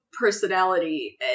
personality